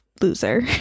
loser